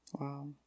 Wow